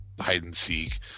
hide-and-seek